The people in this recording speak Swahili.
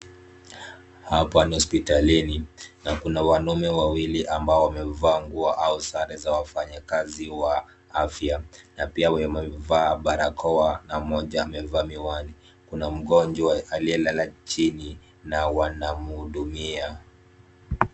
Hapa ni hospitalini na kuna wanaume wawili ambao wamevaa nguo au sare za wafanyakazi wa afya na pia wamevaa barakoa na mmoja amevaa miwani. Kuna mgonjwa aliyelala chini na wanamhudumia.